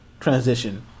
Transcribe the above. Transition